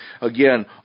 again